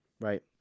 Right